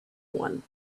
one